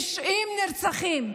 90 נרצחים.